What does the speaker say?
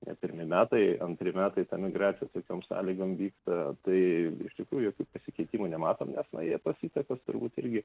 ne pirmi metai antri metai ta migracija tokiom sąlygom vyksta tai iš tikrųjų jokių pasikeitimų nematom nes na jie tos įtakos turbūt irgi